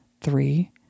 three